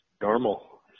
normal